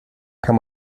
kam